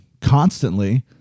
constantly